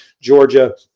Georgia